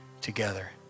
together